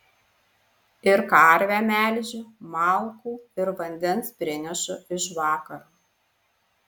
ir karvę melžiu malkų ir vandens prinešu iš vakaro